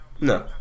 No